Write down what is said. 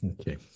okay